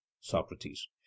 Socrates